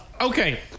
Okay